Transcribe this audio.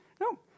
No